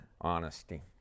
Honesty